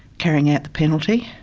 carrying out the penalty,